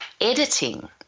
editing